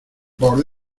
por